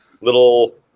little